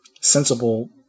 sensible